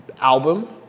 album